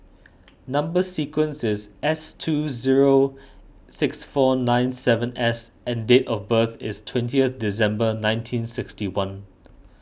Number Sequence is S two zero six four nine seven S and date of birth is twentieth December nineteen sixty one